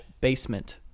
basement